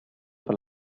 per